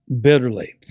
bitterly